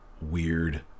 weird